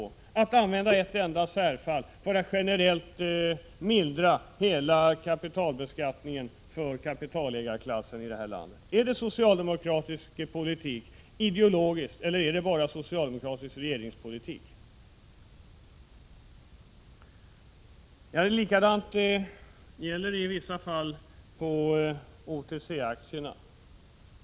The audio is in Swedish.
Är det bra att använda ett enda särfall för att generellt mildra hela kapitalbeskattningen för kapitalägarklassen i landet? Är det socialdemokratisk ideologi, eller är det bara socialdemokratisk regeringspolitik? Läget är i vissa fall detsamma när det gäller OTC-aktierna.